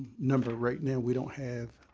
number right now, we don't have